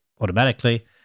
automatically